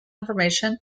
information